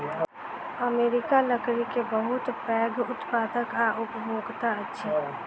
America लकड़ी के बहुत पैघ उत्पादक आ उपभोगता अछि